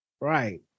Right